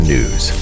News